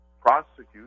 prosecute